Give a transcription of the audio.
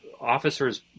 officers